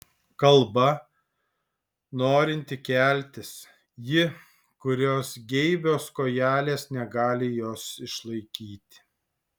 kalba norinti keltis ji kurios geibios kojelės negali jos išlaikyti